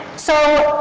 so,